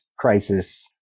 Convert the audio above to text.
crisis